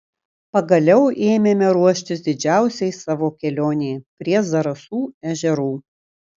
pagaliau ėmėme ruoštis didžiausiai savo kelionei prie zarasų ežerų